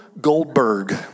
Goldberg